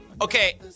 Okay